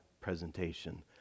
presentation